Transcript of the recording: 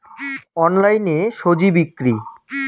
অনলাইনে স্বজি বিক্রি?